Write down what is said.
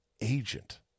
agent